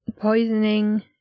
Poisoning